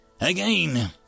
Again